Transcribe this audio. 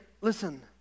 listen